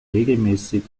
regelmäßig